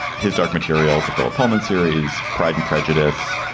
his dark materials. the philip pullman series. pride and prejudice.